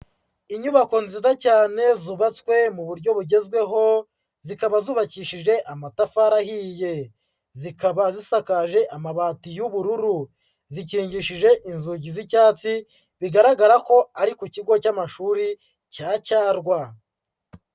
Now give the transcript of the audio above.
Inyubako nziza cyane zubatswe mu buryo bugezweho zikaba zubakishije amatafari ahiye, zikaba zisakaje amabati y'ubururu, Zikingishije inzugi z'icyatsi bigaragara ko ari ku kigo cy'amashuri cya Cyarwa.